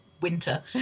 winter